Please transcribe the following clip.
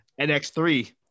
NX3